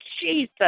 Jesus